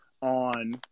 on